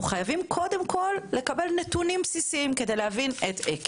שחווים את זה, איך להגיד את זה, בצורה עמוקה, כן?